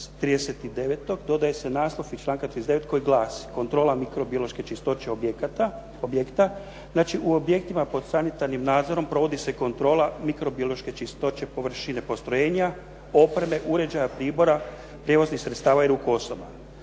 39. dodaje se naslov iz članka 39. koji glasi: "Kontrola mikrobiološke čistoće objekta." Znači u objektima pod sanitarnim nadzorom provodi se kontrola mikrobiološke čistoće, površine postrojenja, opreme, uređaja, pribora, prijevoznih sredstava i ruku osoba.